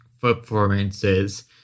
performances